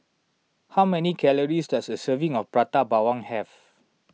how many calories does a serving of Prata Bawang have